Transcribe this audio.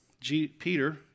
Peter